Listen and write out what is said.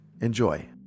enjoy